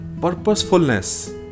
purposefulness